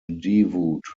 devout